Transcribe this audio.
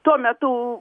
tuo metu